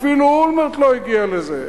אפילו אולמרט לא הגיע לזה.